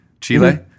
Chile